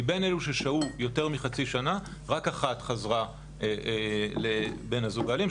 מבין אלה ששהו יותר מחצי שנה רק אחת חזרה לבן הזוג האלים.